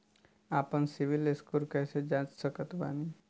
आपन सीबील स्कोर कैसे जांच सकत बानी?